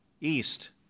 east